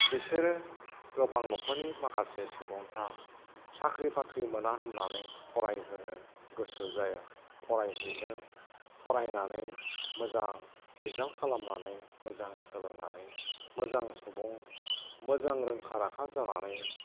बिसोरो गोबां न'खरनि माखासे सुबुंफ्रा साख्रि बाख्रि मोना होन्नानै फरायहोनो गोसो जाया फरायहैनो फरायनानै मोजां रिजाल्ट खालामनानै मोजां सोलोंनानै मोजां सुबुं मोजां रोंखा राखा जानानै